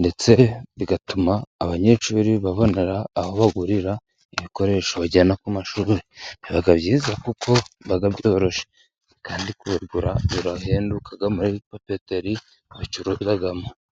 ndetse bigatuma abanyeshuri babone aho bagurira ibikoresho bajyana ku mashuri, biba byiza kuko biba byoroshye kandi kubigura birahenduka muri papeteri babicuruzamo.